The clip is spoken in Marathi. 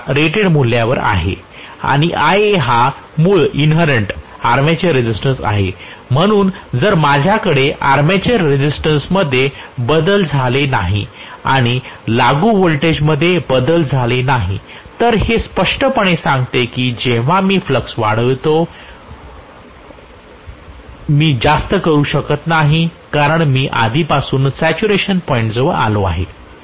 तर मी म्हणेन की Va हे त्याच्या रेटेड मूल्यावर आहे आणि Ra हा मूळ आर्मेचर रेझिस्टन्स आहे म्हणून जर माझ्याकडे आर्मेचर रेझिस्टन्समध्ये बदल झाले नाही आणि लागू व्होल्टेजमध्ये बदल झाले नाही तर हे स्पष्टपणे सांगते की जेव्हा मी फ्लक्स वाढवितो मी जास्त करू शकत नाही कारण मी आधीपासूनच सॅच्युरेशन पॉईंट जवळ आलो आहे